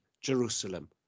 Jerusalem